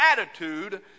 attitude